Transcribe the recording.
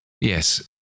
Yes